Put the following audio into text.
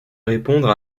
répondre